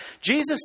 Jesus